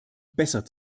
besser